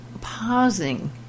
pausing